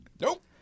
Nope